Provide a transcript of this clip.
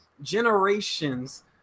generations